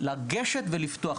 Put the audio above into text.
לגשת ולפתוח.